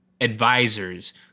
advisors